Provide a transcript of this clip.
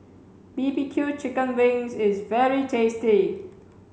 B B Q chicken wings is very tasty